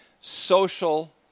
social